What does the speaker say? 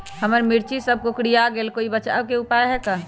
हमर मिर्ची सब कोकररिया गेल कोई बचाव के उपाय है का?